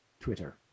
Twitter